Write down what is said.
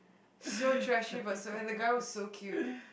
so trashy but so and the guy was so cute